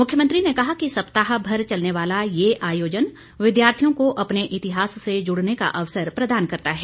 मुख्यमंत्री ने कहा कि सप्ताह भर चलने वाला ये आयोजन विद्यार्थियों को अपने इतिहास से जुड़ने का अवसर प्रदान करता है